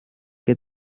que